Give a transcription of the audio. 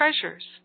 treasures